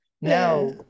now